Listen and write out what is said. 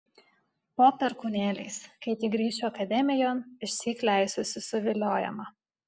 po perkūnėliais kai tik grįšiu akademijon išsyk leisiuosi suviliojama